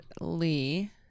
Lee